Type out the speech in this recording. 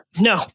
no